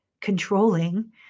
controlling